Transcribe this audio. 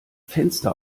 fenster